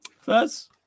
first